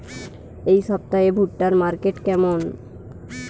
এই সপ্তাহে ভুট্টার মার্কেট কেমন?